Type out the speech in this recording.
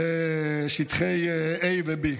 בשטחי A ו-B.